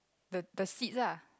the the seats ah